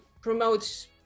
promotes